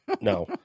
No